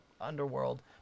underworld